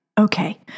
Okay